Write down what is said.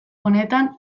honetan